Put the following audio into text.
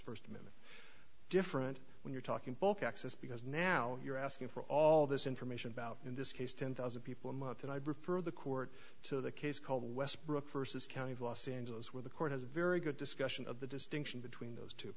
first minute different when you're talking bulk access because now you're asking for all this information about in this case ten thousand people a month and i'd prefer the court to the case called westbrook first as county of los angeles where the court has a very good discussion of the distinction between those two